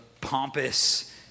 pompous